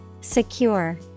Secure